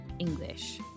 English